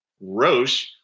Roche